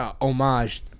homage